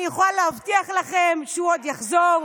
אני יכולה להבטיח לכם שהוא עוד יחזור.